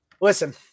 Listen